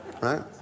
right